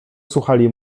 słuchali